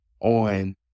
on